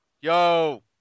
yo